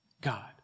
God